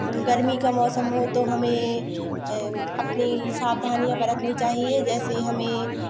गर्मी का मौसम हो तो हमें अपनी सावधानियाँ बरतनी चाहिए जैसे हमें